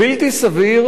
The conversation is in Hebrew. בלתי הגיוני,